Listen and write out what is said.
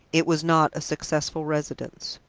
it was not a successful residence.